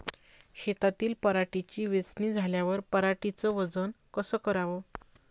शेतातील पराटीची वेचनी झाल्यावर पराटीचं वजन कस कराव?